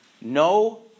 no